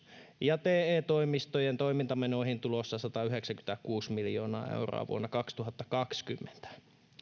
ja te toimistojen toimintamenoihin on tulossa satayhdeksänkymmentäkuusi miljoonaa euroa vuonna kaksituhattakaksikymmentä